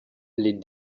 les